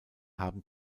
haben